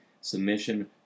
submission